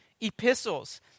epistles